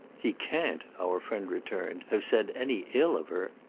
he can't, our friend returned, have said any ill of her.